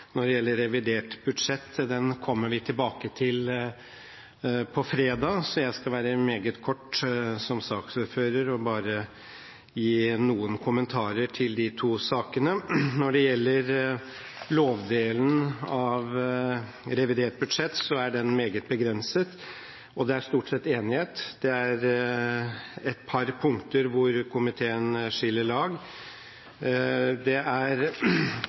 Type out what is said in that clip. når det gjelder revidert budsjett, kommer vi tilbake til på fredag, så jeg skal som saksordfører være meget kort og bare gi noen kommentarer til de to sakene. Når det gjelder lovdelen av revidert budsjett, er den meget begrenset, og det er stort sett enighet. Det er et par punkter hvor komiteen skiller lag. Det er